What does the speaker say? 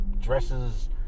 dresses